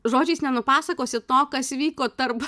žodžiais nenupasakosi to kas įvyko tarp